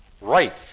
right